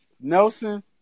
Nelson